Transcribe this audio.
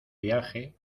viaje